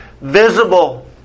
visible